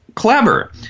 Clever